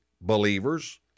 believers